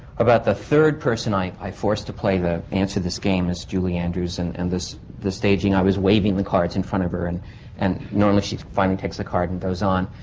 about the third person i. i forced to play the. answer this game is julie andrews. and and this. the staging. i was waving the cards in front of her. and and normally she finally takes the card and goes on.